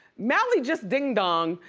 mally just ding-donged,